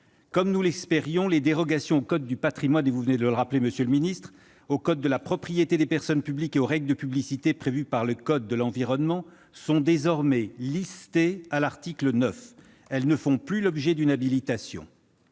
Comme nous l'espérions, les dérogations au code du patrimoine, au code général de la propriété des personnes publiques et aux règles de publicité prévues par le code de l'environnement sont désormais listées à l'article 9 et ne font plus l'objet d'une habilitation.